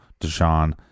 Deshaun